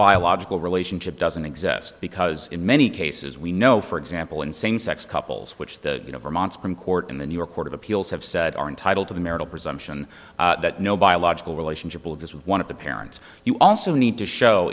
biological relationship doesn't exist because in many cases we know for example in same sex couples which the you know vermont supreme court and the new york court of appeals have said are entitled to the marital presumption that no biological relationship with one of the parents you also need to show